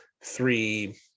three